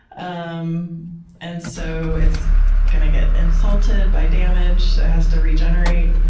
um and so it's going to get insulted by damage, so it has to regenerate.